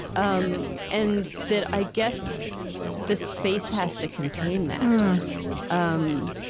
um and that i guess the space has to contain that um